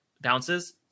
bounces